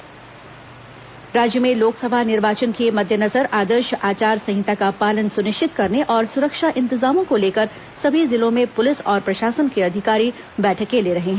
जिला निर्वाचन बैठक राज्य में लोकसभा निर्वाचन के मद्देनजर आदर्श आचार संहिता का पालन सुनिश्चित करने और सुरक्षा इंतजामों को लेकर सभी जिलों में पुलिस और प्रशासन के अधिकारी बैठकें ले रहे हैं